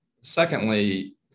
Secondly